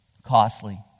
Costly